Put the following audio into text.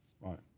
right